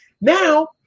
Now